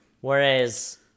Whereas